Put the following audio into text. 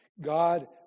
God